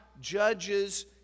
judges